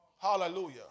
hallelujah